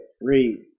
Read